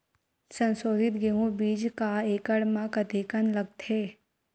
संसोधित गेहूं बीज एक एकड़ म कतेकन लगथे?